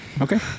Okay